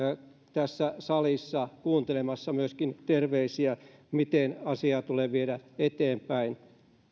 tässä salissa kuuntelemassa myöskin niitä terveisiä miten asiaa tulee viedä eteenpäin